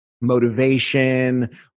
motivation